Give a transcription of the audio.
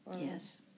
Yes